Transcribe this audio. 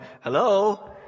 hello